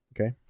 Okay